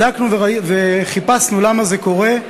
בדקנו וחיפשנו למה זה קורה,